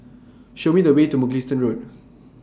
Show Me The Way to Mugliston Road